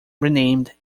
renamed